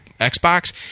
Xbox